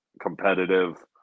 competitive